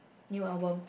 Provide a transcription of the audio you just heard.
new album